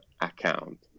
account